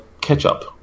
ketchup